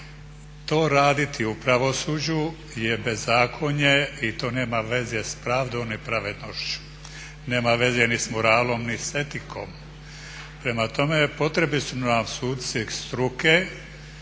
To raditi u pravosuđu je bezakonje i to nema veze sa pravdom i pravednošću, nema veze ni s moralom ni s etikom. Prema tome, potrebni su nam suci struke,